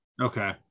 okay